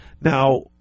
Now